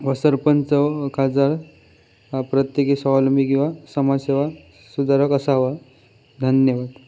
व सरपंच खासदार प्रत्येकी स्वावलंबी किंवा समाजसेवा सुधारक असावा धन्यवाद